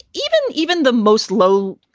even even the most low,